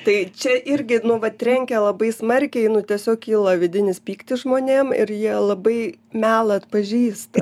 tai čia irgi nu vat trenkia labai smarkiai nu tiesiog kyla vidinis pyktis žmonėm ir jie labai melą atpažįsta